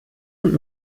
und